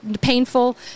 painful